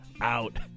out